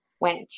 went